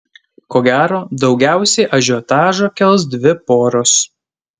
ko gero daugiausiai ažiotažo kels dvi poros